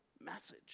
message